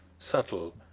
subtle,